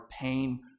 pain